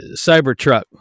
Cybertruck